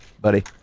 buddy